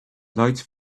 lights